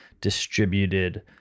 distributed